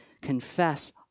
confess